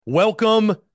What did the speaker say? Welcome